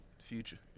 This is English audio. Future